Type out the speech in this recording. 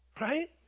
right